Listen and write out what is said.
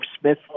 Smith